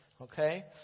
Okay